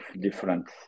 different